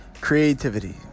Creativity